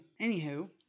Anywho